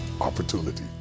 opportunity